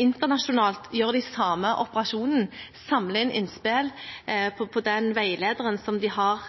Internasjonalt gjør de den samme operasjonen og samler inn innspill på veilederen de har